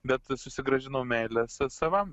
bet susigrąžinau meilę sa savam